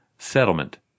Settlement